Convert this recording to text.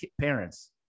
parents